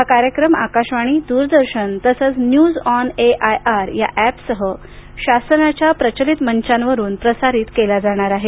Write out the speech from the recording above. हा कार्यक्रम आकाशवाणी दूरदर्शन तसंच news on A I R या एपसह शासनाच्या प्रचलित मंचांवरून प्रसारित केला जाणार आहे